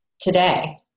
today